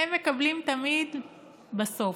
הם מקבלים תמיד בסוף.